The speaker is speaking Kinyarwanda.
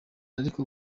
ariko